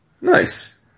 Nice